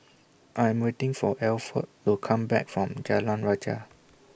I Am waiting For Alford to Come Back from Jalan Rajah